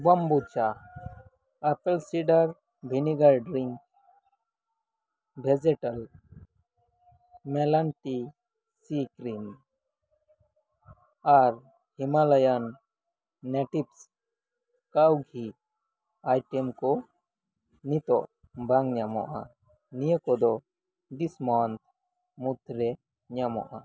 kombucha apple cider vinegar drink ᱵᱷᱮᱡᱤᱴᱮᱞ ᱢᱮᱞᱟᱱᱟᱭᱤᱴ C cream ᱟᱨ Himalayan natives cow ghee items ᱠᱚ ᱱᱤᱛᱳᱜ ᱵᱟᱝ ᱧᱟᱢᱚᱜᱼᱟ ᱱᱤᱭᱟᱹ ᱠᱚᱫᱚ ᱫᱤᱥ ᱢᱟᱱᱛᱷ ᱢᱩᱫᱽᱨᱮ ᱧᱟᱢᱚᱜᱼᱟ